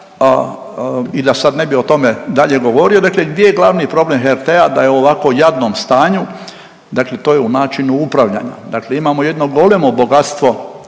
i da sad ne bi o tome dalje govorio, dakle gdje je glavni problem HRT-a, da je u ovako jadnom stanju? Dakle, to je u načinu upravljanja. Dakle imamo jedno golemo bogatstvo